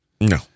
no